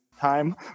time